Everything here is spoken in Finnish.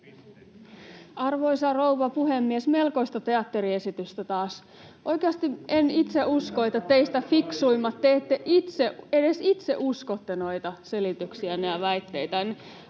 Arvoisa rouva puhemies! Melkoista teatteriesitystä taas. Oikeasti en itse usko, että teistä fiksuimmat edes itse uskotte noita selityksiänne ja väitteitänne.